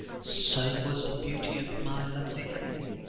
so was the beauty of my lovely lady,